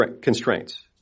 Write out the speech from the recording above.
constraints